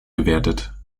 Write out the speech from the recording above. gewertet